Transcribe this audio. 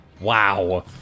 Wow